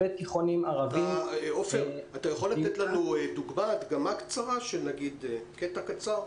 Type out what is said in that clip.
אתה יכול לתת לנו דוגמה, הדגמה קצרה של קטע קצר?